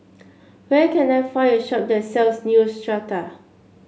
where can I find a shop that sells Neostrata